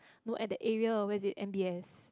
no at that area where is it M_B_S